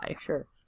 Sure